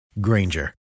Granger